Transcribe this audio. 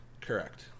Correct